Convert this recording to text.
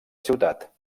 ciutat